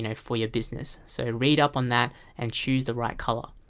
and for your business. so read up on that and choose the right color